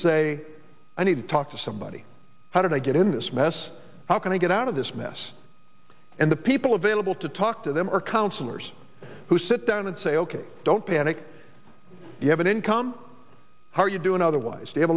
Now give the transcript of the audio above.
say i need to talk to somebody how did i get in this mess how can i get out of this mess and the people available to talk to them are counselors who sit down and say ok don't panic you have an income how are you doing otherwise they have